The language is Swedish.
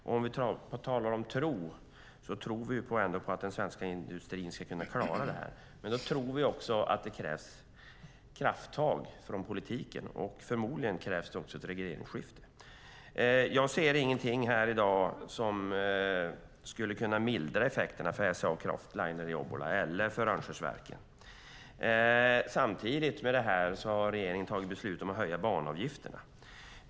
När vi talar om tro, tror vi ändå på att den svenska industrin ska klara det här. Men då tror vi att det krävs krafttag från politiken, och förmodligen krävs det också ett regeringsskifte. Jag ser ingenting här i dag som skulle kunna mildra effekterna för SCA Kraftliner i Obbola eller för Rönnskärsverken. Samtidigt med det här har regeringen tagit beslut om att höja banavgifterna.